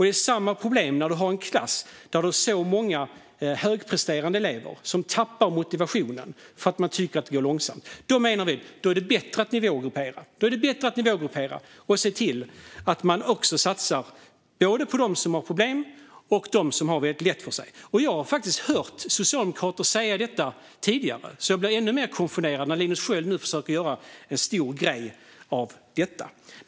Det är samma problem om det är en klass med många högpresterande elever som tappar motivationen därför att de tycker att det går för långsamt. Vi menar att det då är bättre att nivågruppera och se till att man satsar både på dem som har problem och på dem som har lätt för sig. Jag har hört socialdemokrater säga detta tidigare, så jag blir ännu mer konfunderad när Linus Sköld nu försöker göra en stor grej av det.